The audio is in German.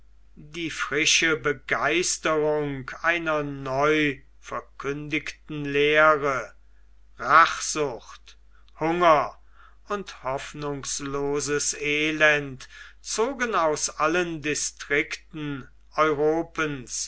die frische begeisterung einer neu verkündigten lehre rachsucht hunger und hoffnungsloses elend zogen aus allen distrikten europens